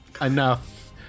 enough